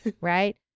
Right